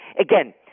Again